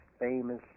famous